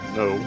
no